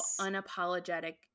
unapologetic